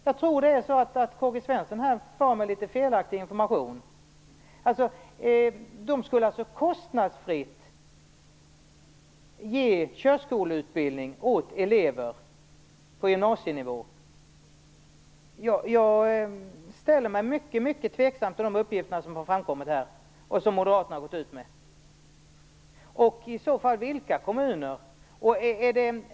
Jag tror att K-G Svenson här far med felaktiga uppgifter. De skulle alltså kostnadsfritt ge körskoleutbildning åt elever på gymnasienivå? Jag ställer mig mycket tveksam till de uppgifterna, som moderaterna har gått ut med. I vilka kommuner sker det i så fall?